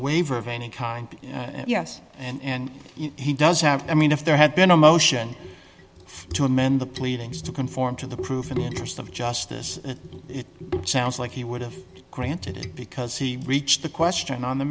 waiver of any kind yes and he does have i mean if there had been a motion to amend the pleadings to conform to the proof in the interest of justice it sounds like he would have granted it because he reached the question on the